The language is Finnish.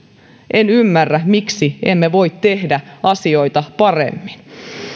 en ymmärrä miksi emme voi tehdä asioita paremmin